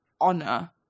honor